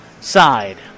side